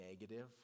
negative